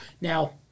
Now